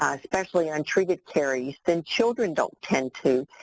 ah especially untreated caries, then children don't tend to